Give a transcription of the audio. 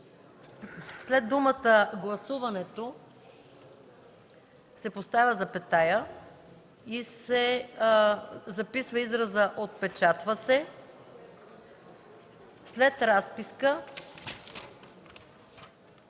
след думата „гласуването” се поставя запетая и се записва изразът: „Отпечатва се”, след „разписка”